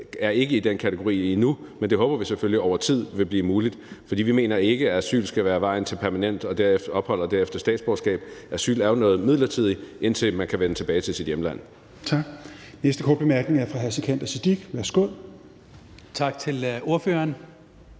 er i den kategori, men det håber vi selvfølgelig over tid vil blive muligt, for vi mener ikke, at asyl skal være vejen til permanent ophold og derefter statsborgerskab. Asyl er jo noget midlertidigt, indtil man kan vende tilbage til sit hjemland. Kl. 14:29 Fjerde næstformand (Rasmus Helveg Petersen): Tak. Den